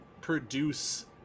produce